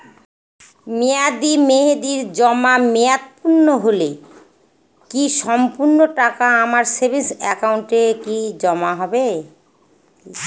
মেয়াদী মেহেদির জমা মেয়াদ পূর্ণ হলে কি সম্পূর্ণ টাকা আমার সেভিংস একাউন্টে কি জমা হবে?